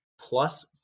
plus